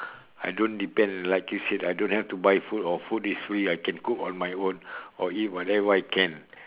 I don't depend like you said I don't have to buy food or food is free I can cook on my own or eat whatever I can